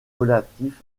relatifs